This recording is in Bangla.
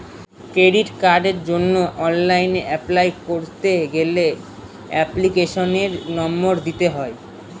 ক্রেডিট কার্ডের জন্য অনলাইন অ্যাপলাই করতে গেলে এপ্লিকেশনের নম্বর দিতে হয়